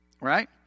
right